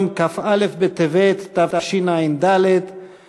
מסקנות ועדת החינוך,